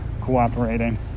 cooperating